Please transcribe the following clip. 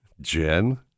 Jen